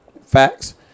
Facts